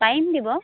পাৰিম দিব